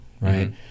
right